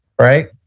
right